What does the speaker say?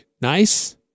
nice